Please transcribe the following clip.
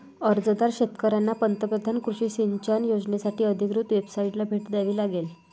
अर्जदार शेतकऱ्यांना पंतप्रधान कृषी सिंचन योजनासाठी अधिकृत वेबसाइटला भेट द्यावी लागेल